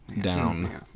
down